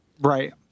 Right